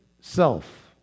self